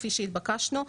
כפי שהתבקשנו,